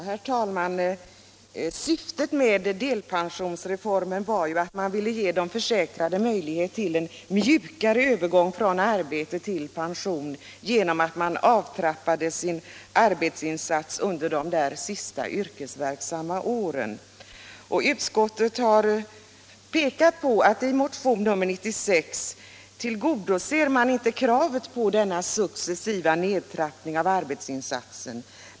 Herr talman! Syftet med delpensionsreformen var ju att man ville ge de försäkrade möjlighet till en mjukare övergång från arbete till pension genom en avtrappning av arbetsinsatsen under de sista yrkesverksamma åren. Utskottet har pekat på att motionen 96 inte tillgodoser kravet på denna successiva nedtrappning av arbetsinsatsen.